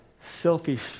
selfish